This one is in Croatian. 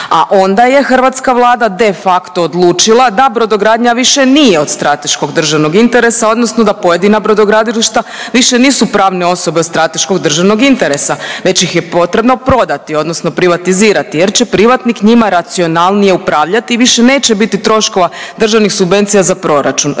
A onda je hrvatska Vlada de facto odlučila da brodogradnja više nije od strateškog državnog interesa odnosno da pojedina brodogradilišta više nisu pravne osobe od strateškog državnog interesa već ih je potrebno prodati odnosno privatizirati jer će privatnik njima racionalnije upravljati i više neće biti troškova državnih subvencija za proračun.